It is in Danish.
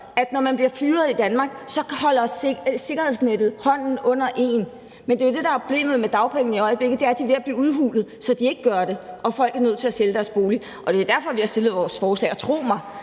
at når man bliver fyret i Danmark, holder sikkerhedsnettet hånden under en. Men det er jo det, der er problemet med dagpengene i øjeblikket: De er ved at blive udhulet, så de ikke gør det og folk er nødt til at sælge deres bolig. Det er derfor, vi har stillet vores forslag, og tro mig,